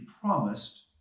promised